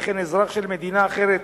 וכן אזרח של מדינה אחרת